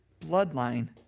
bloodline